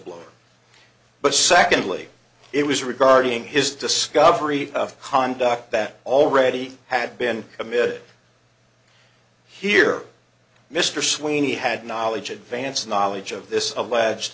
blower but secondly it was regarding his discovery of conduct that already had been committed here mr sweeney had knowledge advance knowledge of this